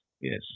yes